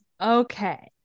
Okay